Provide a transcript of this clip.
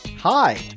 Hi